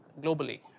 globally